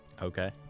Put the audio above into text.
Okay